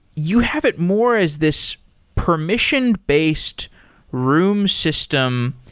you have it more as this permission-based room system.